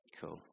Cool